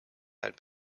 had